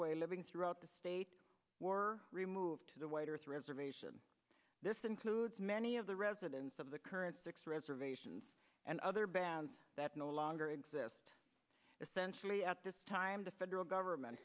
ojibway living throughout the state were removed to the white earth reservation this includes many of the residents of the current six reservations and other bands that no longer exist essentially at this time the federal government